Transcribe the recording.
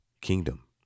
kingdom